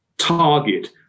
target